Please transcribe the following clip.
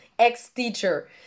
ex-teacher